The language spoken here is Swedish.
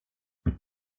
hur